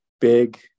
big